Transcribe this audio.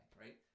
right